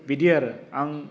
बिदि आरो आं